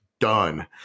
done